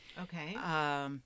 Okay